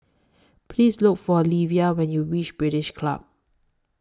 Please Look For Livia when YOU REACH British Club